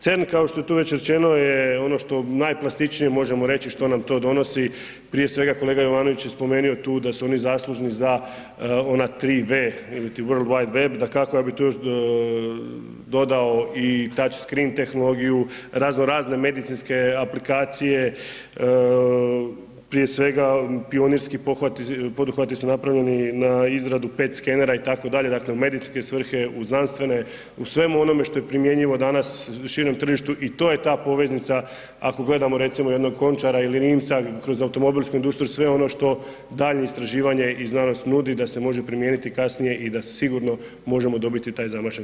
CERN kao što je tu već rečeno, je ono što najklasičnije možemo reći što nam to donosi, prije svega, kolega Jovanović je spomenuo tu da su oni zaslužni za ona tri w … [[Govornik se ne razumije]] dakako, ja bi tu još dodao i tach skrin tehnologiju, razno razne medicinske aplikacije, prije svega Pionirski poduhvati su napravljeni na izradu 5 skenera itd., dakle, u medicinske svrhe, u znanstvene, u svemu onome što je primjenjivo danas širem tržištu i to je ta poveznica ako gledamo recimo jednog Končara ili Rimca kroz automobilsku industriju, sve ono što daljnje istraživanje i znanost nudi, da se može primijeniti kasnije i da se sigurno možemo dobiti taj zamašnjak.